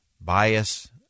bias